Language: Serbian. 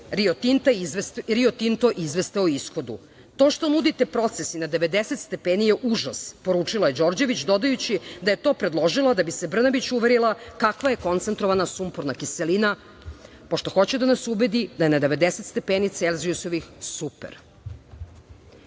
Rio Tinto izveste o ishodu. To što nudite proces na 90 stepeni je užas“, poručila je Đorđević, dodajući da je to predložila da bi se Brnabić uverila kakva je koncentrovana sumporna kiselina, pošto hoće da nas ubedi da je na 90 stepeni celzijusovih super. Ne